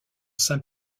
saint